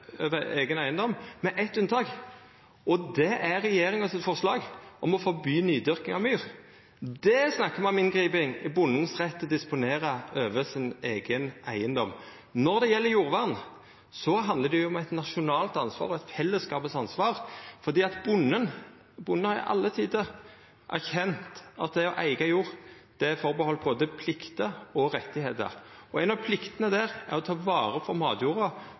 over eigen eigedom – med eitt unntak, og det er forslaget frå regjeringa om å forby nydyrking av myr. Der snakkar me om eit inngrep i retten bonden har til å disponera over sin eigen eigedom. Når det gjeld jordvern, handlar det om eit nasjonalt ansvar, fellesskapet sitt ansvar, fordi bonden i alle tider har erkjent at det å eiga jord fører med seg både plikter og rettar. Ei av pliktene er å ta vare på matjorda